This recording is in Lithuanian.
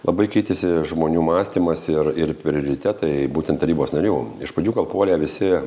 labai keitėsi žmonių mąstymas ir ir prioritetai būtent tarybos narių iš pradžių gal puolė visi